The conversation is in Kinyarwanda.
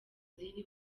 z’iri